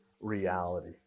reality